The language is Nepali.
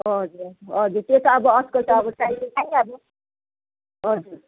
हजुर हजुर त्यो त अब आजकल त अब चाहिन्छै अब हजुर